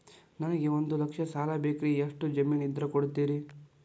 ನನಗೆ ಒಂದು ಲಕ್ಷ ಸಾಲ ಬೇಕ್ರಿ ಎಷ್ಟು ಜಮೇನ್ ಇದ್ರ ಕೊಡ್ತೇರಿ?